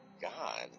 God